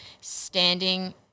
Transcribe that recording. Standing